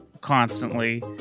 constantly